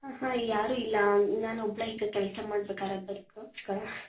ಹಾಂ ಇಲ್ಲಿ ಯಾರು ಇಲ್ಲ ನಾನು ಒಬ್ಬಳೆ ಈಗ ಕೆಲಸ ಮಾಡ್ಬೇಕಾಗಿರದ್ ಅದಕ್ಕೋಸ್ಕರ